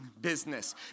business